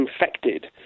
infected